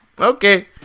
Okay